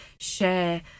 share